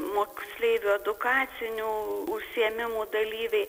moksleivių edukacinių užsiėmimų dalyviai